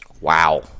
Wow